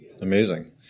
Amazing